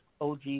OG